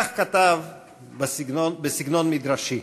כך כתב בסגנון מדרשי: